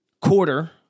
quarter